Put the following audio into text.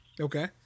Okay